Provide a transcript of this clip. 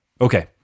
Okay